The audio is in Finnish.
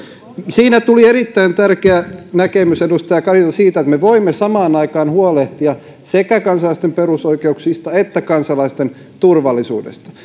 siinä tuli erittäin tärkeä näkemys edustaja karilta siitä että me voimme samaan aikaan huolehtia sekä kansalaisten perusoikeuksista että kansalaisten turvallisuudesta